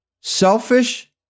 selfish